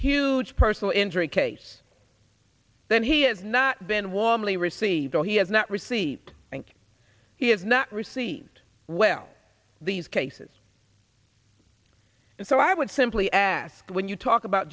huge personal injury case then he has not been warmly received or he has not received and he has not received well these cases and so i would simply ask when you talk about